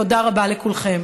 תודה רבה לכולכם.